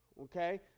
okay